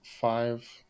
five